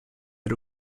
had